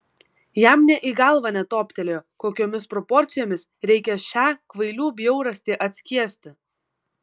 jam nė į galvą netoptelėjo kokiomis proporcijomis reikia šią kvailių bjaurastį atskiesti